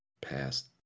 past